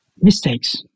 mistakes